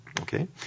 Okay